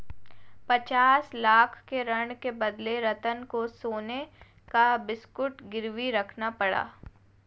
पचास लाख के ऋण के बदले रतन को सोने का बिस्कुट गिरवी रखना पड़ा